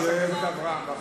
קודם, חברת הכנסת אברהם.